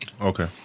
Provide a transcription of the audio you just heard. Okay